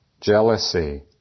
jealousy